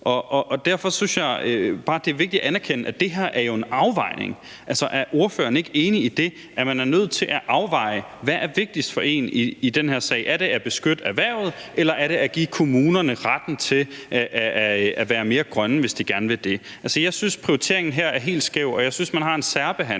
bare, det er vigtigt at anerkende, at det her jo er en afvejning. Altså, er ordføreren ikke enig i, at man er nødt til at afveje, hvad der er vigtigst for en i den her sag? Er det at beskytte erhvervet, eller er det at give kommunerne retten til at være mere grønne, hvis de gerne vil det? Altså, jeg synes, at prioriteringen her er helt skæv, og jeg synes, man har en særbehandling